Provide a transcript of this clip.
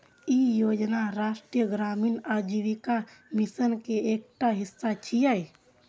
ई योजना राष्ट्रीय ग्रामीण आजीविका मिशन के एकटा हिस्सा छियै